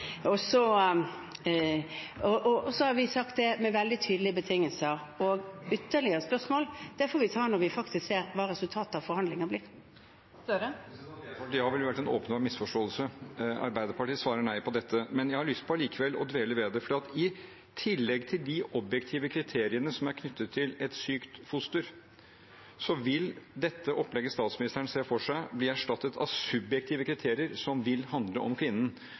har sagt det med veldig tydelige betingelser. Ytterligere spørsmål får vi ta når vi faktisk ser hva resultatet av forhandlingene blir. Det blir oppfølgingsspørsmål – først Jonas Gahr Støre. Om jeg hadde svart ja, ville det vært en åpenbar misforståelse. Arbeiderpartiet svarer nei på dette. Men jeg har allikevel lyst til å dvele ved det, for i tillegg til de objektive kriteriene som er knyttet til et sykt foster, vil det opplegget statsministeren ser for seg, bli erstattet av subjektive kriterier som vil handle om kvinnen.